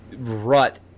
rut